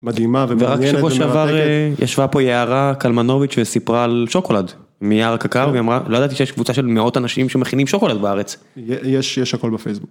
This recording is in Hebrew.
מדהימה ומעניינת, ורק שבו שעבר ישבה פה יערה קלמנוביץ' וסיפרה על שוקולד, מיער הקקאו, והיא אמרה: לא ידעתי שיש קבוצה של מאות אנשים שמכינים שוקולד בארץ. יש, יש הכל בפייסבוק.